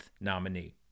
nominee